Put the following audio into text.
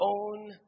own